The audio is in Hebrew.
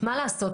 מה לעשות?